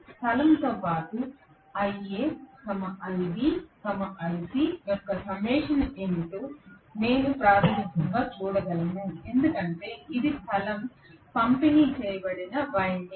స్థలంతో పాటు iA iB iC యొక్క summation ఏమిటో నేను ప్రాథమికంగా చూడగలను ఎందుకంటే ఇది స్థలం పంపిణీ చేయబడిన వైండింగ్